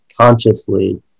consciously